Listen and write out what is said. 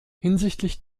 hinsichtlich